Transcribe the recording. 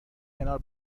کنار